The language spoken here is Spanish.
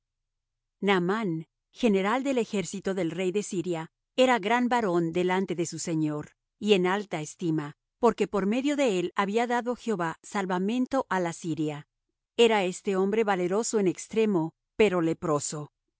naaman general del ejército del rey de siria era gran varón delante de su señor y en alta estima porque por medio de él había dado jehová salvamento á la siria era este hombre valeroso en extremo pero leproso y de